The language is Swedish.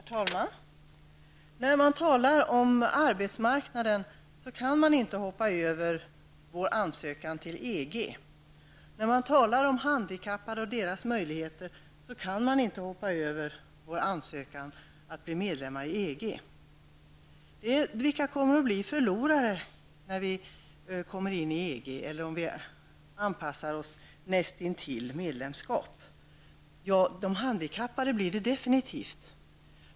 Herr talman! När man talar om arbetsmarknaden kan man inte hoppa över vår ansökan till EG. När man talar om handikappade och deras möjligheter kan man inte hoppa över vår ansökan till EG. Vilka grupper kommer att bli förlorare när vi kommer in i EG eller anpassar oss nästintill ett medlemskap? De handikappade blir definitivt förlorare.